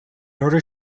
order